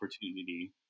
opportunity